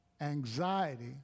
anxiety